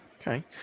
Okay